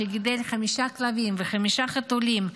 שגידל חמישה כלבים וחמישה חתולים.